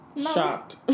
shocked